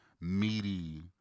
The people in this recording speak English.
meaty